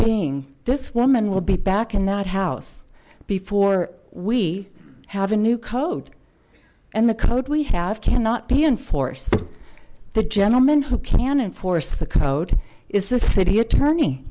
being this woman will be back in that house before we have a new code and the code we have cannot be in force the gentleman who can enforce the code is the city attorney